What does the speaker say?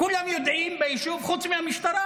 כולם יודעים ביישוב חוץ מהמשטרה.